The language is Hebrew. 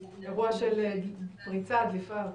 אירוע של פריצה, דליפה.